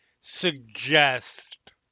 suggest